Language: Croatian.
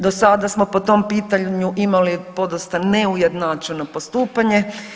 Do sada smo po tom pitanju imali podosta neujednačeno postupanje.